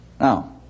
Now